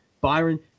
Byron